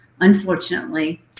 unfortunately